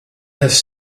has